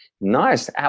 Nice